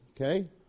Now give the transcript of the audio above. Okay